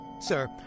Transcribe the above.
sir